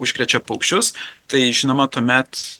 užkrečia paukščius tai žinoma tuomet